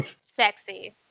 Sexy